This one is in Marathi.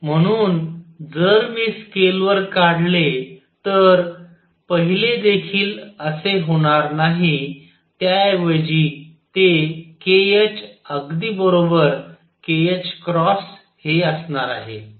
म्हणून जर मी स्केलवर काढले तर पहिले देखील असे होणार नाही त्याऐवजी ते k h अगदी बरोबर kℏ हे असणार आहे